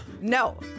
No